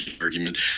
argument